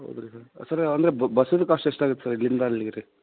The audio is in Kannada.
ಹೌದು ರೀ ಸರ್ ಸರ ಅಂದರೆ ಬಸ್ಸಿಂದು ಕಾಸ್ಟ್ ಎಷ್ಟಾಗತ್ತೆ ಸರ್ ಇಲ್ಲಿಂದ ಅಲ್ಲಿಗೆ ರೀ